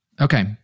Okay